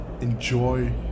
enjoy